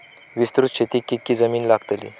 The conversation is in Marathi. विस्तृत शेतीक कितकी जमीन लागतली?